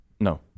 No